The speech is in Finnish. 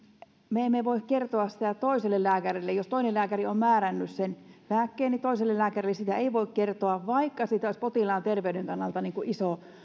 me emme voi kertoa sitä toiselle lääkärille jos toinen lääkäri on määrännyt sen lääkkeen niin toiselle lääkärille sitä ei voi kertoa vaikka sillä olisi potilaan terveyden kannalta iso